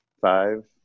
Five